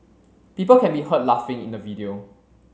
people can be heard laughing in the video